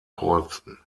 kreuzen